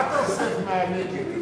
מה אתה אוסף מהנגב?